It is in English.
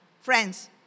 friends